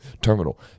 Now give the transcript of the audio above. Terminal